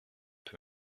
peut